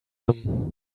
him